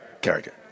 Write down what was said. Character